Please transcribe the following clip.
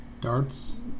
Darts